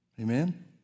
Amen